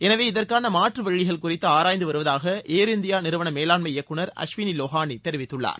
எனவே இதற்கான மாற்று வழிகள் குறித்து ஆராய்ந்து வருவதாக ஏர் இண்டியா நிறுவன மேலாண்மை இயக்குநர் அஸ்வினி லோஹானி தெரிவித்துள்ளார்